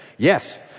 Yes